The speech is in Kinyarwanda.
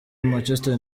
manchester